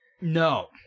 No